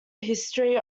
history